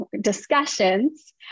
discussions